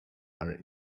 are